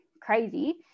crazy